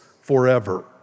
forever